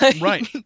Right